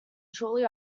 shortly